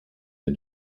den